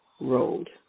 road